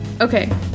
Okay